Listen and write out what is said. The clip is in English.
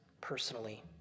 personally